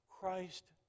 Christ